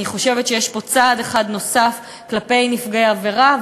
אני חושבת שיש פה צעד אחד נוסף כלפי נפגעי עבירה,